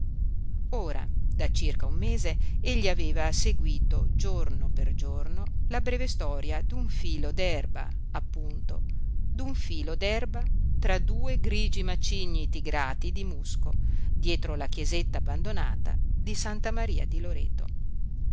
ora da circa un mese egli aveva seguito giorno per giorno la breve storia d'un filo d'erba appunto d'un filo d'erba tra due grigi macigni tigrati di musco dietro la chiesetta abbandonata di santa maria di loreto